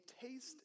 taste